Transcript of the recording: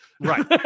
Right